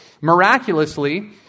miraculously